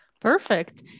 Perfect